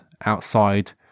outside